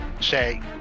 say